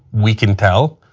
we can tell.